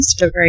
Instagram